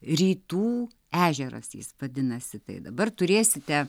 rytų ežeras jis vadinasi tai dabar turėsite